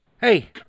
hey